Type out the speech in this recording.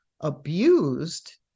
abused